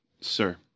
sir